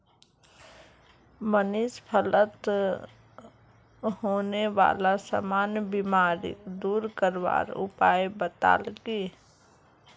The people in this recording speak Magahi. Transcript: मनीष फलत होने बाला सामान्य बीमारिक दूर करवार उपाय बताल की